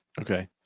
okay